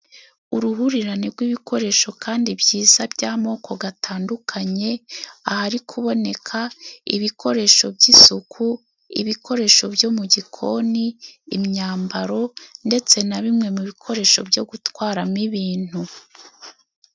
Uruhurirane gw'ibikoresho kandi byiza by'amoko gatandukanye, ahari kuboneka ibikoresho by'isuku, ibikoresho byo mu gikoni, imyambaro, ndetse na bimwe mu bikoresho byo gutwaramo ibintu.